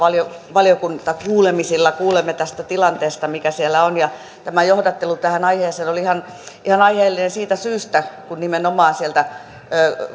valiokuntakuulemisissamme kuulemme tästä tilanteesta mikä siellä on ja tämä johdattelu aiheeseen oli ihan aiheellinen siitä syystä kun nimenomaan sieltä